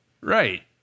Right